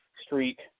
street